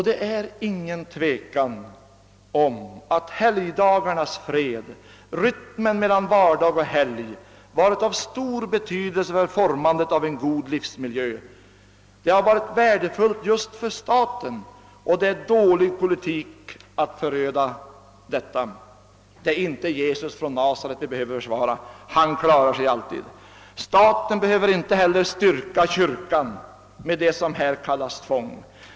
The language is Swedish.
Det är inget tvivel om att helgdagarnas frid, rytmen mellan vardag och helg, varit av stor betydelse för formandet av en god livsmiljö. Det har varit värdefullt just för staten, och det är dålig politik att föröda detta. Det är inte Jesus från Nasaret vi behöver försvara. Han klarar sig alltid. Inte heller behöver staten stärka kyrkan med det som här kallas tvång.